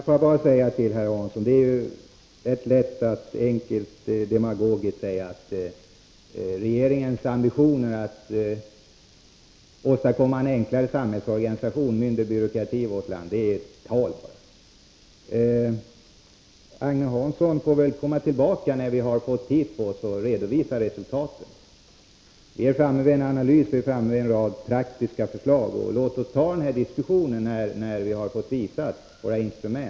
Herr talman! Det är lätt att helt demagogiskt säga att regeringens ambitioner att åstadkomma en enklare samhällsorganisation och mindre byråkrati i vårt land bara är vackert tal. Agne Hansson får väl återkomma när vi fått tid på oss och har redovisat resultatet. Vi har gjort en analys, och vi är framme vid en rad praktiska förslag. Låt oss föra den här diskussionen när vi har fått visa våra instrument.